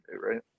Right